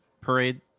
parade